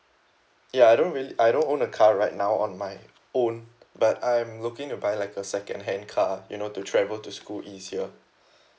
ya I don't really I don't own a car right now on my own but I'm looking to buy like a secondhand car you know to travel to school easier